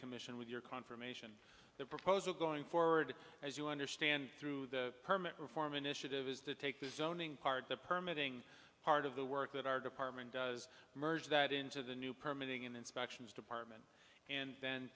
commission with your confirmation the proposal going forward as you understand through the permit reform initiative is to take the zoning part the permit ing part of the work that our department does merge that into the new permitting and inspections department and then